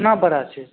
कितना बड़ा छै